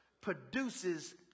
produces